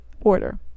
order